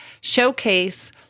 showcase